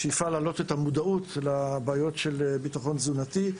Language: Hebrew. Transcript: בשאיפה להעלות את המודעות לביטחון תזונתי.